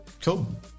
Cool